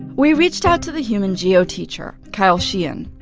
we reached out to the human geo teacher, kyle sheehan.